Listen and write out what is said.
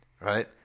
right